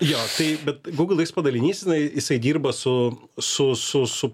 jo tai bet google iks padalinys jinai jisai dirba su su su su